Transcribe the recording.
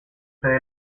sede